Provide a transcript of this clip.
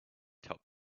top